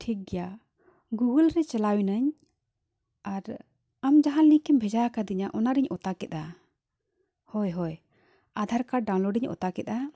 ᱴᱷᱤᱠ ᱜᱮᱭᱟ ᱜᱩᱜᱚᱞ ᱨᱮ ᱪᱟᱞᱟᱣ ᱤᱱᱟᱹᱧ ᱟᱨ ᱟᱢ ᱡᱟᱦᱟᱸ ᱱᱤᱝᱠᱮᱢ ᱵᱷᱮᱡᱟ ᱟᱠᱟᱫᱤᱧᱟᱹ ᱚᱱᱟ ᱨᱤᱧ ᱚᱛᱟ ᱠᱮᱫᱟ ᱦᱳᱭ ᱦᱳᱭ ᱟᱫᱷᱟᱨ ᱠᱟᱨᱰ ᱰᱟᱣᱩᱱᱞᱳᱰ ᱤᱧ ᱚᱛᱟ ᱠᱮᱫᱟ